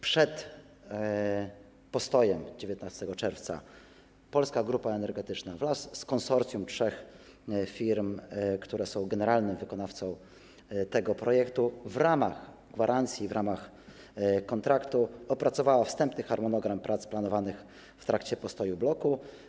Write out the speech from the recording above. Przed postojem 19 czerwca Polska Grupa Energetyczna wraz z konsorcjum trzech firm, które jest generalnym wykonawcą tego projektu, w ramach gwarancji i w ramach kontraktu opracowała wstępny harmonogram prac planowanych w trakcie postoju bloku.